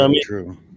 true